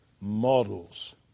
models